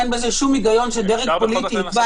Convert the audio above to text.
אין בזה שום הגיון שדרג פוליטי יקבע